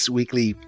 weekly